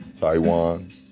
Taiwan